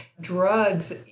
drugs